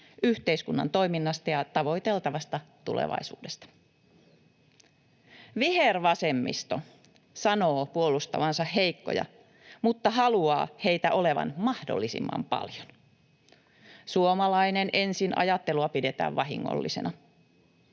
yhteiskunnan toiminnasta ja tavoiteltavasta tulevaisuudesta. Vihervasemmisto sanoo puolustavansa heikkoja mutta haluaa heitä olevan mahdollisimman paljon. Suomalainen ensin ‑ajattelua pidetään vahingollisena.